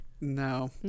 No